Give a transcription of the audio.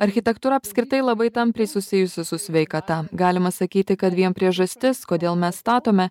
architektūra apskritai labai tampriai susijusi su sveikata galima sakyti kad priežastis kodėl mes statome